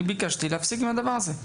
ביקשתי להפסיק עם הדבר הזה.